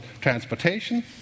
transportation